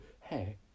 Hey